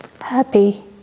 happy